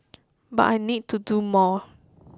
but I need to do more